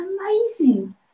amazing